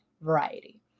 variety